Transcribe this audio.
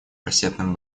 кассетным